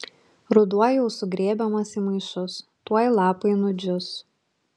ruduo jau sugrėbiamas į maišus tuoj lapai nudžius